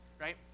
right